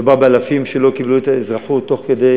מדובר באלפים שלא קיבלו את האזרחות תוך כדי